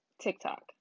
TikTok